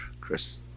Chris